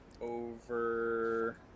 over